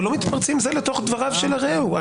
אבל לא מתפרצים זה לתוך דבריו של רעהו.